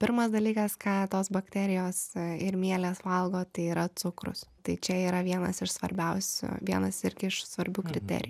pirmas dalykas ką tos bakterijos ir mielės valgo tai yra cukrus tai čia yra vienas iš svarbiausių vienas irgi iš svarbių kriterijų